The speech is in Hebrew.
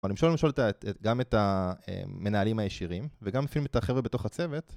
אבל אם לשאול למשל גם את המנהלים הישירים וגם אפילו את החבר'ה בתוך הצוות